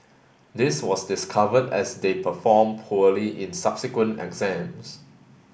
this was discovered as they performed poorly in subsequent exams